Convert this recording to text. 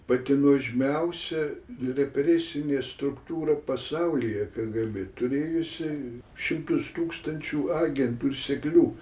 pati nuožmiausia represinė struktūra pasaulyje kgb turėjusi šimtus tūkstančių agentų ir seklių